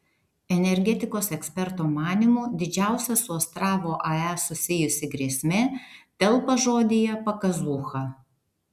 energetikos eksperto manymu didžiausia su astravo ae susijusi grėsmė telpa žodyje pakazūcha